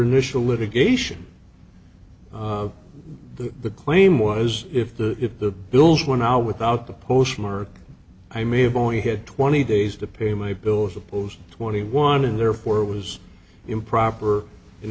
initial litigation the claim was if the if the bills one hour without the postmark i may have only had twenty days to pay my bill is supposed twenty one and therefore was improper and